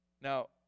Now